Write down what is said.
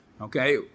okay